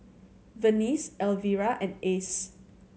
Venice Elvira and Ace